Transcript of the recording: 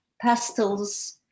pastels